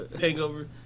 Hangover